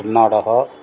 Karnataka